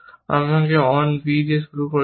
আমরা একটি অন b দিয়ে শুরু করেছিলাম